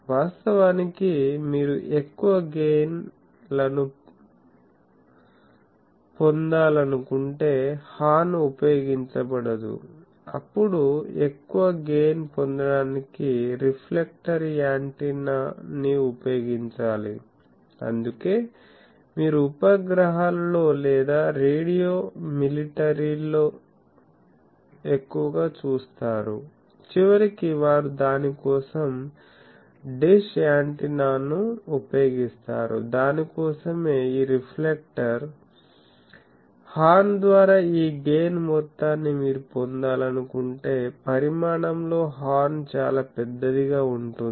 వాస్తవానికి మీరు ఎక్కువ గెయిన్ లను ను పొందాలనుకుంటే హార్న్ ఉపయోగించబడదు అప్పుడు ఎక్కువ గెయిన్ పొందడానికి రిఫ్లెక్టర్ యాంటెన్నాని ఉపయోగించాలి అందుకే మీరు ఉపగ్రహలలో లేదా రేడియో మిలిటరీలలో ఎక్కువగా చూస్తారు చివరికి వారు దాని కోసం డిష్ యాంటెన్నాను ఉపయోగిస్తారు దాని కోసమే ఈ రిఫ్లెక్టర్ హార్న్ ద్వారా ఈ గెయిన్ మొత్తాన్ని మీరు పొందాలనుకుంటే పరిమాణంలో హార్న్ చాలా పెద్దదిగా ఉంటుంది